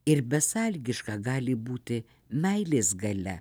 ir besąlygiška gali būti meilės galia